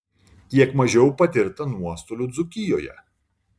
kiek mažiau patirta nuostolių dzūkijoje